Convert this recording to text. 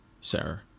Sarah